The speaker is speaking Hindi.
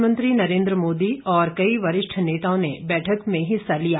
प्रधानमंत्री नरेंद्र मोदी और कई वरिष्ठ नेताओं ने बैठक में हिस्सा लिया